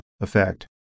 effect